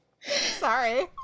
sorry